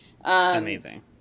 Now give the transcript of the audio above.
Amazing